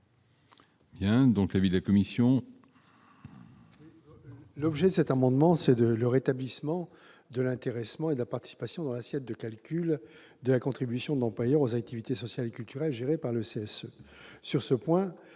l'avis de la commission ?